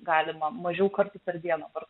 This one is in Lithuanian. galima mažiau kartų per dieną